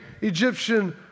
Egyptian